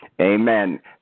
Amen